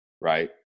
right